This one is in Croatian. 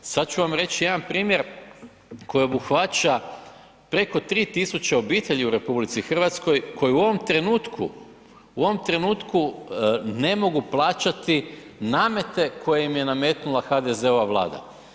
Sad ću vam reći jedan primjer koji obuhvaća preko 3000 obitelji u RH koje u ovom trenutku, u ovom trenutku ne mogu plaćati namete koje im je nametnula HDZ-ova Vlada.